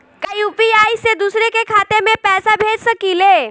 का यू.पी.आई से दूसरे के खाते में पैसा भेज सकी ले?